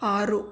ಆರು